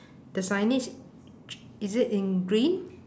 the signage is it in green